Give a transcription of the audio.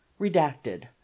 Redacted